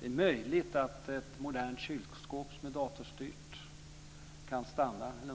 Det är möjligt att ett modernt datorstyrt kylskåp eller